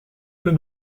peu